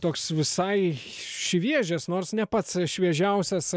toks visai šviežias nors ne pats šviežiausias